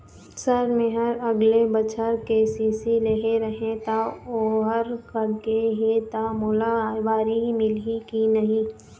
Sir मेहर अगले बछर के.सी.सी लेहे रहें ता ओहर कट गे हे ता मोला एबारी मिलही की नहीं?